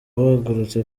bagarutse